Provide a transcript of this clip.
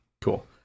cool